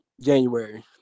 January